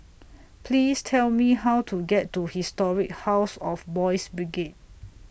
Please Tell Me How to get to Historic House of Boys' Brigade